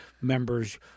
members